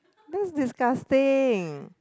that was disgusting